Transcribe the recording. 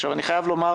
עכשיו, אני חייב לומר